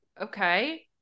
okay